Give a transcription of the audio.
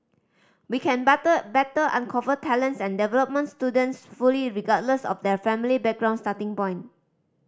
we can batter better uncover talents and development students fully regardless of their family background starting point